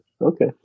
Okay